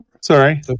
Sorry